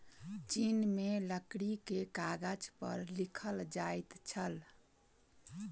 चीन में लकड़ी के कागज पर लिखल जाइत छल